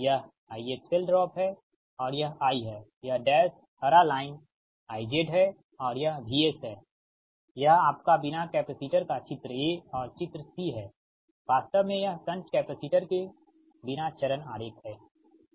यह IXL drop है और यह I है यह डैश हरा लाइन IZ है और यह VS है यह आपका बिना कैपेसिटर का चित्र ए और चित्र सी है वास्तव में यह शंट कैपेसिटर के बिना चरण आरेख है